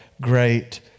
great